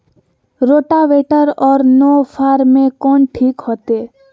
Rotavator और नौ फ़ार में कौन ठीक होतै?